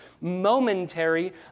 momentary